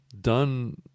done